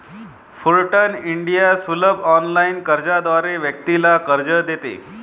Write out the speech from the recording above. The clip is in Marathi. फुलरटन इंडिया सुलभ ऑनलाइन अर्जाद्वारे व्यक्तीला कर्ज देते